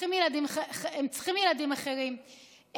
הם צריכים ילדים אחרים.